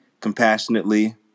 compassionately